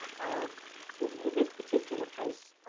ah in in this particular case,